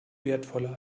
wertvoller